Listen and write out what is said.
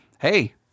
hey